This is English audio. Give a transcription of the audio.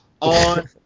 On